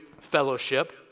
fellowship